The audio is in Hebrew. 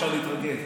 אפשר להתרגז,